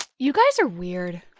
you guys are weird.